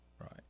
Right